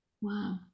Wow